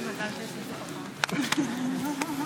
חבר הכנסת יועז הנדל מכובד לברך את חבר הכנסת צבי האוזר.